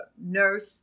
nurse